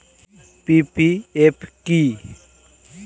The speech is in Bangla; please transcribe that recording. পি.পি.এফ কি?